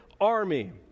army